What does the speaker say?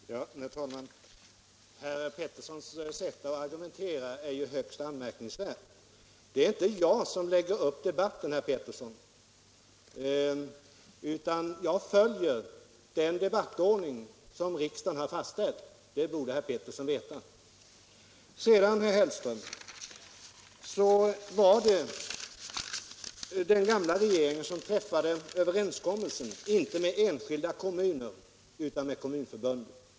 Herr talman! Herr Petersons i Nacka sätt att argumentera är högst anmärkningsvärt. Det är inte jag som lägger upp debatten, herr Peterson, utan jag följer den debattordning som riksdagen har fastställt. Det borde herr Peterson veta. Så till herr Hellström. Det var den gamla regeringen som träffade överenskommelsen, inte med enskilda kommuner utan med Kommunförbundet.